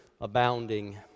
abounding